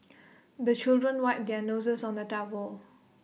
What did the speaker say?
the children wipe their noses on the towel